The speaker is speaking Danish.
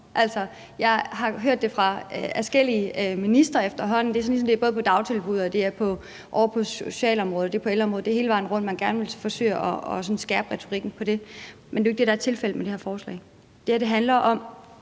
jeg har hørt det fra adskillige ministre efterhånden, og det er, ligesom om man både på dagtilbuds- og socialområdet, på ældreområdet og hele vejen rundt gerne vil forsøge at skærpe retorikken. Men det er jo ikke det, der er tilfældet med det her forslag. Det her handler om,